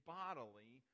bodily